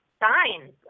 signs